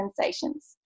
sensations